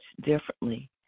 differently